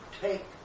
take